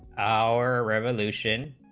our revolution